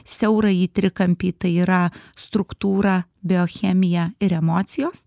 siaurąjį trikampį tai yra struktūra biochemija ir emocijos